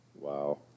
Wow